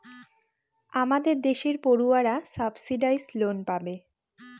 আমাদের দেশের পড়ুয়ারা সাবসিডাইস লোন পাবে